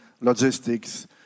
logistics